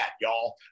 y'all